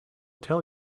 tell